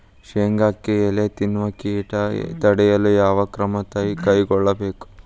ಶೇಂಗಾಕ್ಕೆ ಎಲೆ ತಿನ್ನುವ ಕೇಟ ತಡೆಯಲು ಯಾವ ಕ್ರಮ ಕೈಗೊಳ್ಳಬೇಕು?